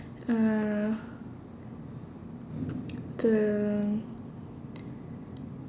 uh the